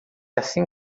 assim